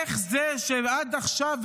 איך זה שעד עכשיו,